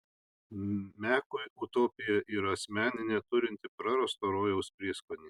mekui utopija yra asmeninė turinti prarasto rojaus prieskonį